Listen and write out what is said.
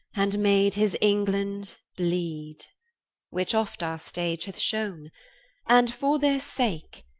and made his england bleed which oft our stage hath showne and for their sake,